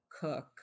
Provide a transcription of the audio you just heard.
cook